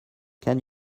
can